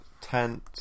tent